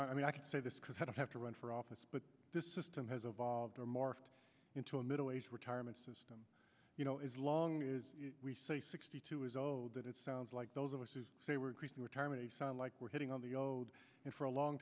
i mean i can say this because i don't have to run for office but this system has evolved or morphed into a middle aged retirement system you know as long as we say sixty two is that it sounds like those of us who say we're the retirement age sound like we're hitting on the oed and for a long